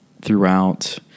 throughout